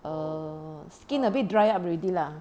err skin a bit dry up already lah